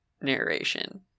narration